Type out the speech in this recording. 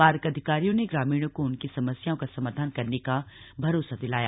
park अधिकारियों ने ग्रामीणों को उनकी समस्याओं का समाधान करने का भरोसा दिलाया